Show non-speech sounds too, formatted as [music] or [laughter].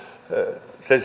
sen [unintelligible]